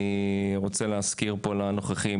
אני רוצה להזכיר פה לנוכחים,